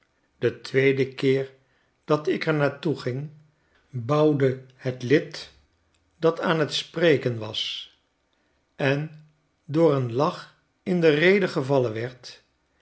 den tweeden keer dat ik er naar toe ging bauwde het lid dat aan t spreken was en door een lach in de rede gevallen werd